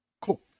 Cool